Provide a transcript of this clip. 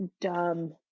dumb